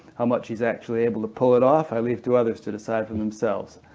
how much he is actually able to pull it off, i leave to others to decide for themselves.